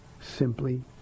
simply